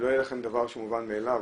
שלא יהיה לכם דבר שהוא מובן מאליו,